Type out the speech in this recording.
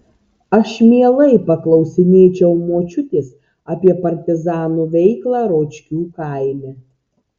aš mielai paklausinėčiau močiutės apie partizanų veiklą ročkių kaime